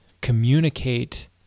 communicate